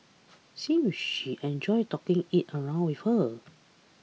seems she enjoyed taking it around with her